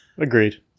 Agreed